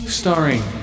starring